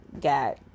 got